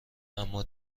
اما